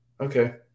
okay